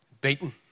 Beaten